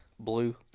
blue